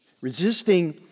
Resisting